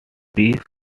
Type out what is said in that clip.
piece